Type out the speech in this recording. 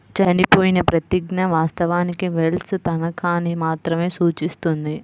చనిపోయిన ప్రతిజ్ఞ, వాస్తవానికి వెల్ష్ తనఖాని మాత్రమే సూచిస్తుంది